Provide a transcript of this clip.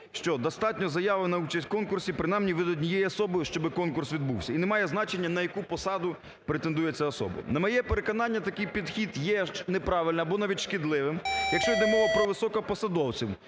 що достатньо заяви на участь в конкурсі принаймні від однієї особи, щоби конкурс відбувся. І не має значення, на яку посаду претендує ця особа. На моє переконання, такий підхід є неправильним або навіть шкідливим, якщо йде мова про високопосадовців,